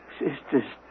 sister's